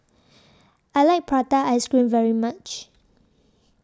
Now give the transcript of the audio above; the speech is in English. I like Prata Ice Cream very much